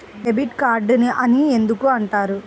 Debit card అని ఎందుకు అంటారు?